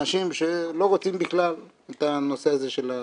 אנשים שלא רוצים בכלל את הנושא הזה של התקשורת.